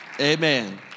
Amen